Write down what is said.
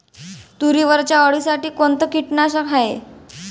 तुरीवरच्या अळीसाठी कोनतं कीटकनाशक हाये?